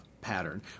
pattern